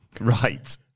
Right